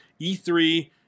E3